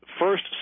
first